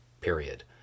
period